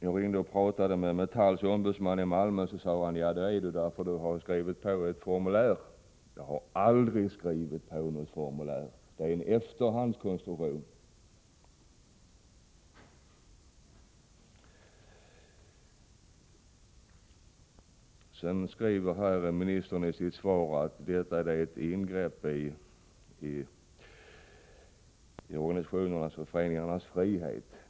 Jag ringde och talade med Metalls ombudsman i Malmö, och han sade att jag var struken därför att jag hade skrivit på ett formulär. Jag har aldrig skrivit på något formulär — det är en efterhandskonstruktion. Ministern skriver i sitt svar att detta är ett ingrepp i organisationernas och föreningarnas frihet.